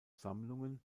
sammlungen